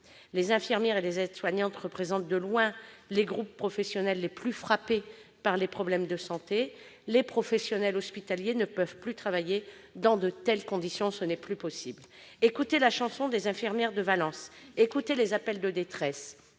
Les infirmières et les aides-soignantes représentent, de loin, les groupes professionnels les plus frappés par les problèmes de santé. Les professionnels hospitaliers ne peuvent plus travailler dans de telles conditions. Cela n'est plus possible ! Écoutez la chanson des infirmières de Valence ; écoutez les appels de détresse.